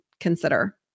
consider